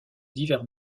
divers